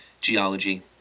Geology